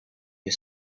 you